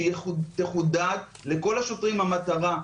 שתחודד לכל השוטרים המטרה.